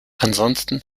ansonsten